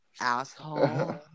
Asshole